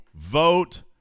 vote